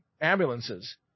Ambulances